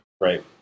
Right